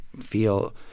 feel